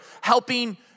helping